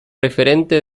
referente